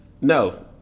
No